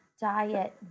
diet